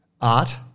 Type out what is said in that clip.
art